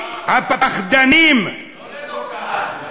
לא ללא קהל.